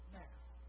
now